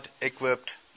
equipped